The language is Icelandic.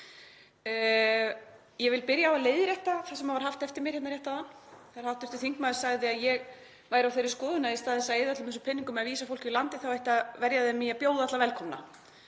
Ég vil byrja á að leiðrétta það sem var haft eftir mér hérna rétt áðan þegar hv. þingmaður sagði að ég væri á þeirri skoðun að í stað þess að eyða öllum þessum peningum í að vísa fólki úr landi ætti að verja þeim í að bjóða alla velkomna.